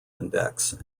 index